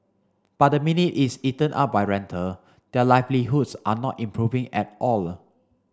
but the minute it's eaten up by rental their livelihoods are not improving at all